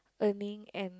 earning and